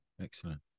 Excellent